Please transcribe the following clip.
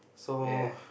ya